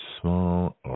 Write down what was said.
Small